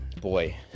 Boy